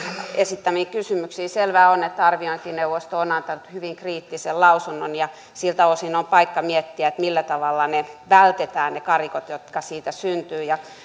esittämiin kysymyksiin selvää on että arviointineuvosto on antanut hyvin kriittisen lausunnon ja siltä osin on paikka miettiä millä tavalla vältetään ne karikot jotka siitä syntyvät